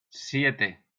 siete